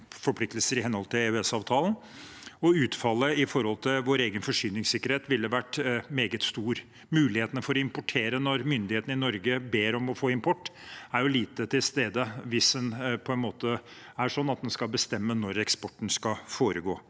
forpliktelser i henhold til EØS-avtalen, og utfallet med hensyn til vår egen forsyningssikkerhet ville vært meget stort. Mulighetene for å importere når myndighetene i Norge ber om å få import, er jo lite til stede hvis det er sånn at en skal bestemme når eksporten skal foregå.